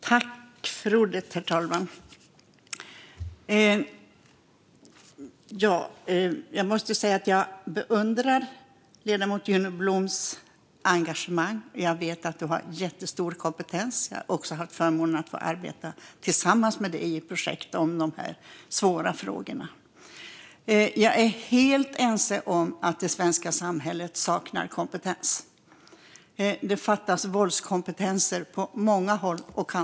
Herr talman! Jag beundrar ledamoten Juno Bloms engagemang. Jag vet att du har jättestor kompetens, Juno Blom. Jag har också haft förmånen att ha fått arbeta tillsammans med dig i projekt om dessa svåra frågor. Jag är helt ense med dig om att det svenska samhället saknar kompetens. Det fattas våldskompetenser på många håll och kanter.